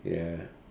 ya